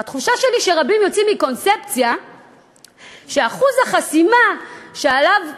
התחושה שלי היא שרבים יוצאים מקונספציה שאחוז החסימה שעליו התפשרנו,